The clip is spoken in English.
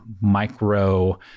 micro